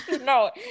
No